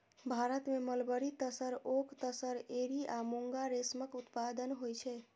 भारत मे mulberry, tasar, oak tasar, eri आ मूंगा रेशमक उत्पादन होइ छै